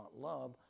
love